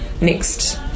next